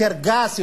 יותר גס,